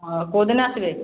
ହଁ କେଉଁ ଦିନ ଆସିବେ